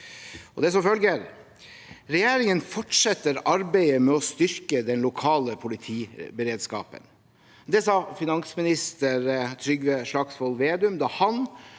Det er: «Regjeringen fortsetter arbeidet med å styrke den lokale politiberedskapen.» Det sa finansminister Trygve Slagsvold Vedum da han